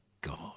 God